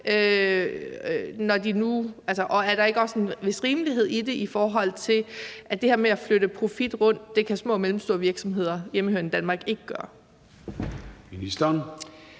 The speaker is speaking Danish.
Og er der ikke også en vis rimelighed i det, i forhold til at det her med at flytte profit rundt kan små og mellemstore virksomheder hjemmehørende i Danmark ikke gøre? Kl.